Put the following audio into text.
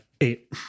Eight